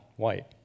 white